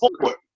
forward